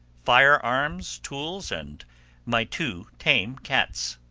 fire arms, tools, and my two tame cats,